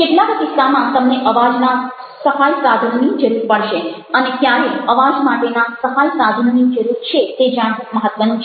કેટલાક કિસ્સામાં તમને અવાજના સહાય સાધનની જરૂર પડશે અને ક્યારે અવાજ માટેના સહાય સાધનની જરૂર છે તે જાણવું મહત્ત્વનું છે